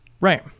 Right